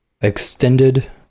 extended